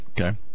Okay